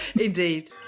indeed